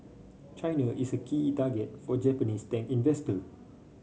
China is a key target for Japanese tech investor